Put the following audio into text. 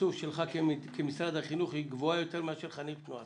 התקצוב שלך כמשרד החינוך היא גבוהה יותר מאשר בתנועות נוער?